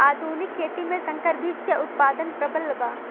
आधुनिक खेती में संकर बीज क उतपादन प्रबल बा